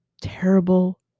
terrible